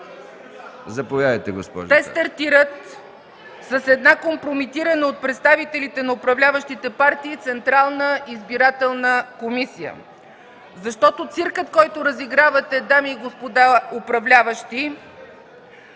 Цачева. ЦЕЦКА ЦАЧЕВА: „Те стартират с една компрометирана от представителите на управляващите партии Централна избирателна комисия. Защото циркът, който разигравате, дами и господа управляващи,